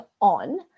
on